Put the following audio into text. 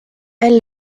elle